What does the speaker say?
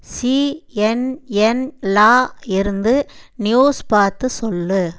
சிஎன்என்னில் இருந்து நியூஸ் பார்த்து சொல்